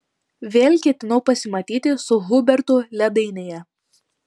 vėl ketinau pasimatyti su hubertu ledainėje